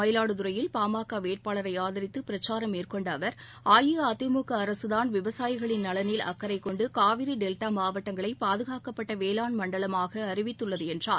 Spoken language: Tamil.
மயிலாடுதுறையில் பா ம க வேட்பாளரை ஆதரித்து பிரச்சாரம் மேற்கொண்ட அவர் அஇஅதிமுக அரசுதான் விவசாயிகளின் நலனில் அக்கறை கொண்டு காவிரி டெல்டா மாவட்டங்களை பாதுகாக்கப்பட்ட வேளாண் மண்டலமாக அறிவித்துள்ளது என்றார்